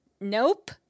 Nope